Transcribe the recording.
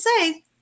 say